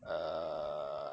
err